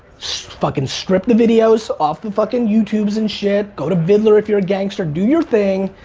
fucking strip the videos off the fucking youtubes and shit, go to videoler if you're a gangster, do your thing,